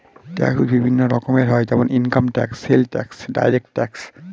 tax বিভিন্ন রকমের হয় যেমন income tax, sales tax, direct tax